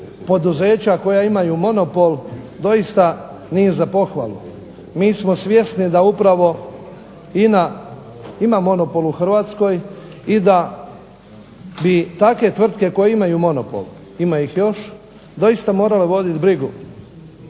poduzeća koja imaju monopol doista nije za pohvalu. Mi smo svjesni da upravo INA ima monopol u Hrvatskoj i da bi takve tvrtke koje imaju monopol, ima ih još, doista morale voditi brigu